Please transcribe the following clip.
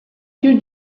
più